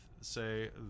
say